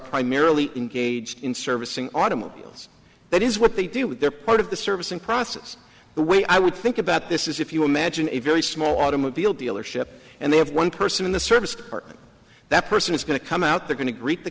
primarily engaged in servicing automobiles that is what they do with their part of the service and process the way i would think about this is if you imagine a very small automobile dealership and they have one person in the service or that person is going to come out there going to greet the